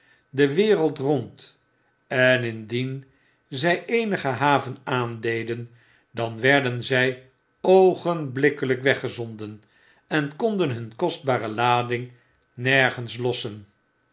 de wereld rond en mdien zy eenige haven aandeden dan werden zy oogenblikkelijk weggezonden en konden hun kostbare lading nergens lossen